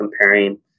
comparing